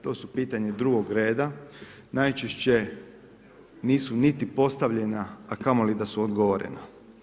To su pitanja drugog reda, najčešće nisu niti postavljena a kamoli da su odgovorena.